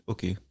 Okay